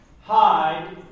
hide